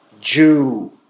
Jew